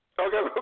Okay